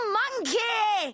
monkey